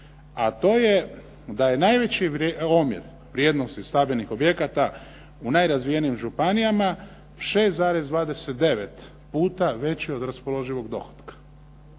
a to je da je najveći omjer vrijednosti stabilnih objekata u najrazvijenijim županijama 6,29 puta veći od raspoloživog dohotka.